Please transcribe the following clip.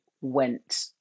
went